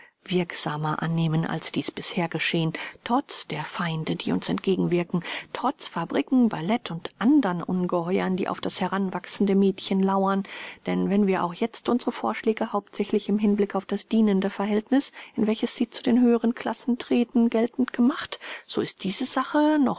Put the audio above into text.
wirksamer annehmen als dies bisher geschehen trotz der feinde die uns entgegenwirken trotz fabriken ballet und andern ungeheuern die auf das heranwachsende mädchen lauern denn wenn wir auch jetzt unsere vorschläge hauptsächlich im hinblick auf das dienende verhältniß in welches sie zu den höheren klassen treten geltend gemacht so ist diese sache